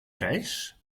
reis